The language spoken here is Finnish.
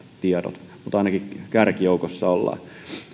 tiedot mutta ainakin kärkijoukossa ollaan